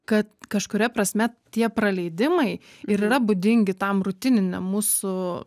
kad kažkuria prasme tie praleidimai ir yra būdingi tam rutininiam mūsų